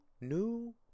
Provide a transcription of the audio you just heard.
new